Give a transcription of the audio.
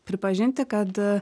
pripažinti kad